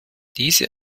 diese